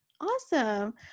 Awesome